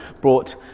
brought